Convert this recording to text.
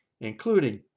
including